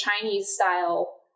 Chinese-style